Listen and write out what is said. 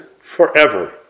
forever